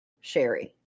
sherry